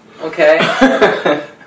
Okay